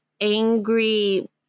angry